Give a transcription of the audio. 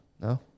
no